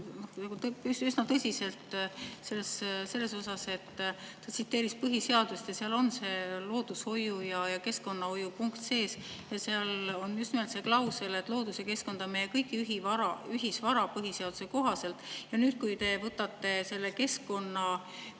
üsna tõsist teemat. Ta tsiteeris põhiseadust ja seal on see loodushoiu ja keskkonnahoiu punkt sees. Seal on just nimelt see klausel, et loodus ja keskkond on meie kõigi ühisvara põhiseaduse kohaselt. Ja nüüd, kui te võtate selle keskkonna,